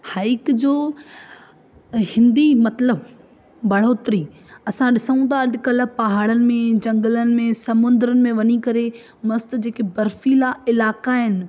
hike जो हिंदी मतिलबु भड़ोतरी असां ॾिसूं था अॼुकल्ह पहाड़नि में झंगलनि में समुंडनि में वञी करे मस्तु जेकी बर्फ़ींला इलाइक़ा आहिनि